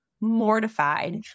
mortified